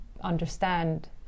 understand